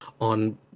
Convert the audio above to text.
on